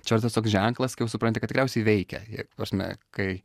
čia jau tas toks ženklas kai jau supranti kad tikriausiai veikia jei ta prasme kai